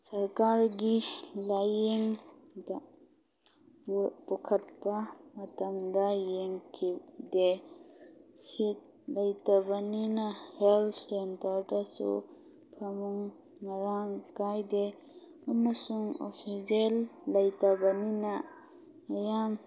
ꯁꯔꯀꯥꯔꯒꯤ ꯂꯥꯏꯌꯦꯡꯗ ꯄꯨꯈꯠꯄ ꯃꯇꯝꯗ ꯌꯦꯡꯈꯤꯗꯦ ꯁꯤꯠ ꯂꯩꯇꯕꯅꯤꯅ ꯍꯦꯜꯇ ꯁꯦꯟꯇꯔꯗꯁꯨ ꯐꯃꯨꯡ ꯃꯔꯥꯡ ꯀꯥꯏꯗꯦ ꯑꯃꯁꯨꯡ ꯑꯣꯛꯁꯤꯖꯦꯜ ꯂꯩꯇꯕꯅꯤꯅ ꯃꯌꯥꯝ